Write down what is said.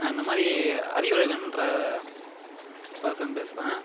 இந்தமாதிரி அறிவழகன்கிற பர்ஸன் பேசுகிறேன்